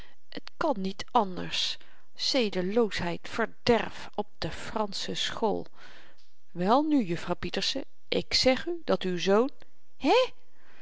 pieterse het kan niet anders zedeloosheid verderf op de fransche school welnu juffrouw pieterse ik zeg u dat uw zoon hè